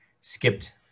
skipped